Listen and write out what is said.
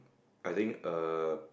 I think err